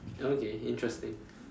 okay interesting